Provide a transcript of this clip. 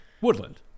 Woodland